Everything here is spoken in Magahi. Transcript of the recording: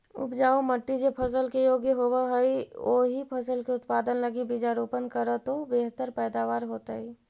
उपजाऊ मट्टी जे फसल के योग्य होवऽ हई, ओही फसल के उत्पादन लगी बीजारोपण करऽ तो बेहतर पैदावार होतइ